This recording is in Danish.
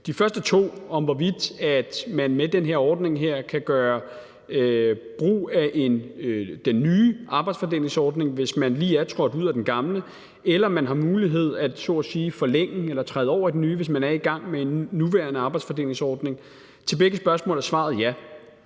De første to om, hvorvidt man med den her ordning kan gøre brug af den nye arbejdsfordelingsordning, hvis man lige er trådt ud af den gamle, eller man har mulighed for så at sige at forlænge eller træde over i den nye, hvis man er i gang med en nuværende arbejdsfordelingsordning – til begge spørgsmål er svaret ja.